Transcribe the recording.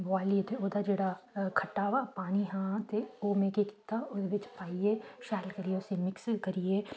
बोआलियै ते ओह्दा जेह्ड़ा खट्टा वा पानी हा ते ओह् में केह् कीता ओह्दे बिच्च पाइयै शैल करियै उस्सी मिक्स करियै